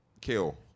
kill